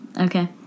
Okay